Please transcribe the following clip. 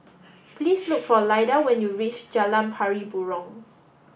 please look for Lyda when you reach Jalan Pari Burong